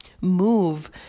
move